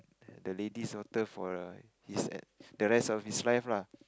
the lady's daughter for err his at the rest of his life lah